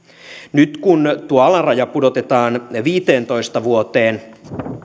nyt kun tuo alaraja pudotetaan viiteentoista vuoteen